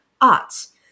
arts